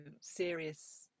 serious